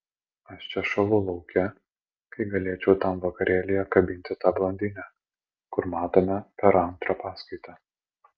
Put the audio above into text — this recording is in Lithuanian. aš čia šąlu lauke kai galėčiau tam vakarėlyje kabinti tą blondinę kur matome per antrą paskaitą